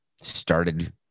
started